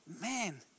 man